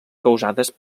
causades